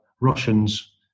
Russians